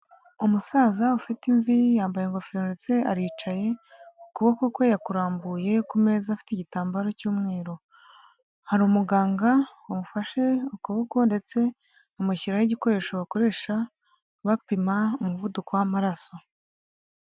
Umusaza ufite imvi yambaye ingofero ndetse aricaye, ukuboko kwe yakurambuye ku meza afite igitambaro cy'umweru, hari umuganga wamufashe ukuboko ndetse amushyiraho igikoresho bakoresha bapima umuvuduko w'amaraso.